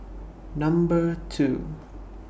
Number two